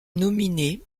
nominés